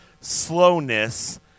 slowness